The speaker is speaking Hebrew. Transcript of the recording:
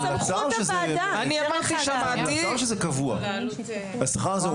השכר הזה,